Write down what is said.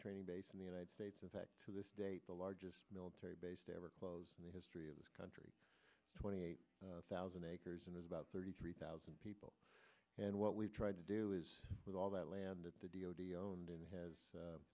training base in the united states in fact to this date the largest military base to ever close in the history of this country twenty eight thousand acres and has about thirty three thousand people and what we've tried to do is with all that land at the d o t owned it has